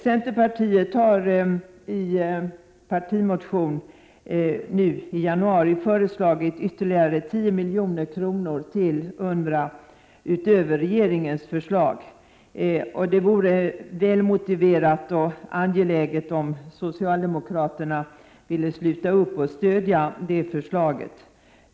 Centerpartiet har i partimotion i januari föreslagit ytterligare 10 milj.kr. till UNRWA utöver regeringens förslag, och om socialdemokraterna ville sluta upp bakom detta skulle det vara en väl motiverad och angelägen åtgärd.